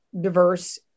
diverse